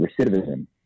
recidivism